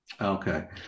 Okay